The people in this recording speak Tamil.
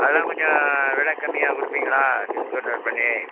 அதலாம் கொஞ்சம் வெலை கம்மியாக கொடுப்பிங்களா டிஸ்கவுண்டட் பண்ணி